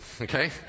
okay